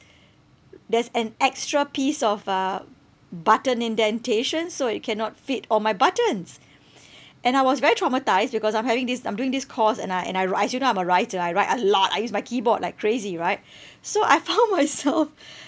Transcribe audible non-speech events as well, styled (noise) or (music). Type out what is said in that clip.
there's an extra piece of uh button indentation so it cannot fit all my buttons (noise) and I was very traumatised because I'm having this I'm doing this course and I and I write as you know I'm a writer I write a lot I use my keyboard like crazy right so I found (laughs) myself